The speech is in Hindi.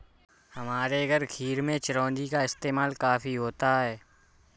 हमारे घर खीर में चिरौंजी का इस्तेमाल काफी होता है